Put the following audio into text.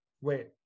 Wait